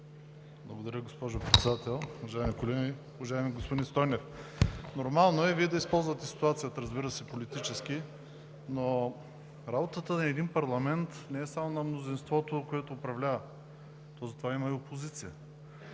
Благодаря, госпожо Председател. Уважаеми колеги! Уважаеми господин Стойнев, нормално е да използвате ситуацията, разбира се, политически, но работата на един парламент не е само на мнозинството, което управлява. Затова има и опозиция.